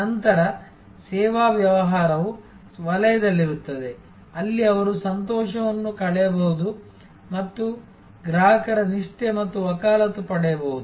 ನಂತರ ಸೇವಾ ವ್ಯವಹಾರವು ವಲಯದಲ್ಲಿರುತ್ತದೆ ಅಲ್ಲಿ ಅವರು ಸಂತೋಷವನ್ನು ಕಳೆಯಬಹುದು ಮತ್ತು ಗ್ರಾಹಕರ ನಿಷ್ಠೆ ಮತ್ತು ಸಮರ್ಥನೆ ಪಡೆಯಬಹುದು